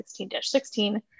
16-16